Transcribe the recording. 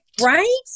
Right